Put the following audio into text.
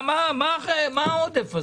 מה העודף הזה?